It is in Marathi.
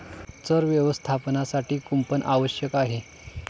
चर व्यवस्थापनासाठी कुंपण आवश्यक आहे